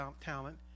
talent